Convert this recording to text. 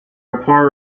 report